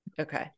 okay